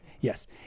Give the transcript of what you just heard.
Yes